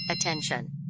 Attention